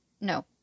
no